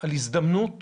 על הזדמנות